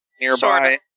Nearby